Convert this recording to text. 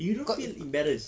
you don't feel embarrassed